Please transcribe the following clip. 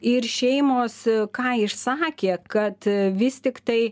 ir šeimos ką išsakė kad vis tiktai